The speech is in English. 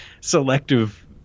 selective